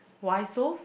why so